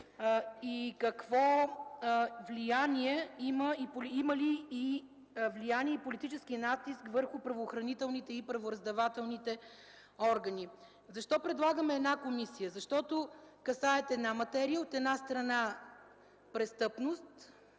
има ли влияние и политически натиск върху правоохранителните и правораздавателните органи. Защо предлагам една комисия? Защото касаят една материя. От една страна, престъпност,